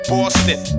Boston